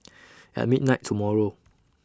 At midnight tomorrow